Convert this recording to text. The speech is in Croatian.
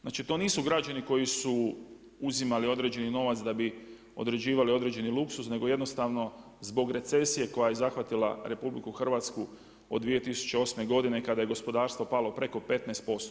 Znači to nisu građani koji su uzimali određeno novac da bi odrađivali određeni luksuz nego jednostavno zbog recesije koja je zahvatila RH od 2008. godine kada je gospodarstvo palo preko 15%